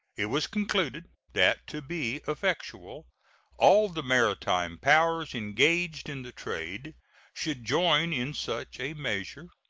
it was concluded that to be effectual all the maritime powers engaged in the trade should join in such a measure.